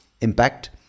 impact